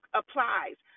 applies